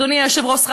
אדוני היושב-ראש,